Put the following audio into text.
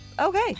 okay